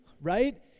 right